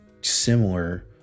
similar